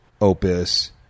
Opus